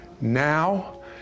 Now